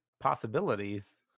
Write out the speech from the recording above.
possibilities